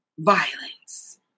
Violence